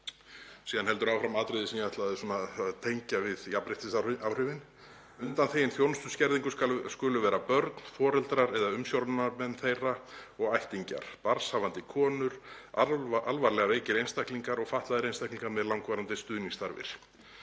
Síðan heldur áfram atriði sem ég ætlaði að tengja við jafnréttisáhrifin: „Undanþegin þjónustuskerðingunni skulu vera börn, foreldrar eða umsjónarmenn þeirra og ættingjar, barnshafandi konur, alvarlega veikir einstaklingar og fatlaðir einstaklingar með langvarandi stuðningsþarfir.“